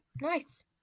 Nice